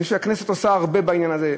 אני חושב שהכנסת עושה הרבה בעניין הזה.